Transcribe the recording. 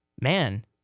man